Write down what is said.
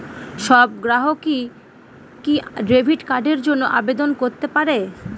সব গ্রাহকই কি ডেবিট কার্ডের জন্য আবেদন করতে পারে?